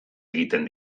egiten